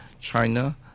China